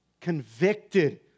convicted